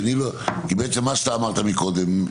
מה שאמרת קודם,